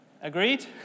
Agreed